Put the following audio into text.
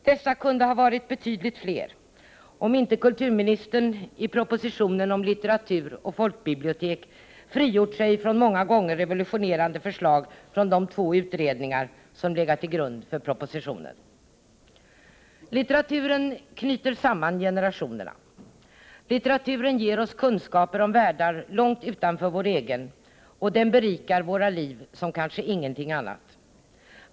Dessa kunde ha varit betydligt fler, om inte kulturministern i propositionen om litteratur och folkbibliotek frigjort sig från många gånger revolutionerande förslag från de två utredningar som legat till grund för propositionen. Litteraturen knyter samman generationerna. Litteraturen ger oss kunskaper om världar långt utanför vår egen, och den berikar våra liv som kanske ingenting annat.